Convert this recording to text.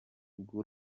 bw’u